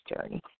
journey